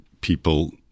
people